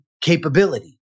capability